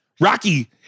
Rocky